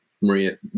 Maria